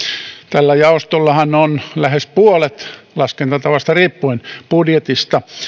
tällä jaostollahan on lähes puolet laskentatavasta riippuen budjetista